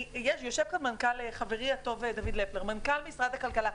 יושב כאן חברי הטוב דוד לפלר, מנכ"ל משרד הכלכלה.